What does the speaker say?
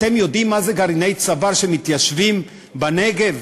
אתם יודעים מהם גרעיני "צבר", שמתיישבים בנגב,